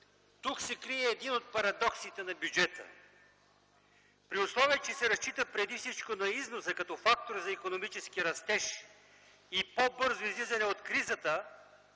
тук се крие един от парадоксите на бюджета. При условие че се разчита преди всичко на износа като фактор за икономически растеж и по-бързо излизане от кризата